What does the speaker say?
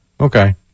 Okay